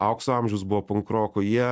aukso amžius buvo pankroko jie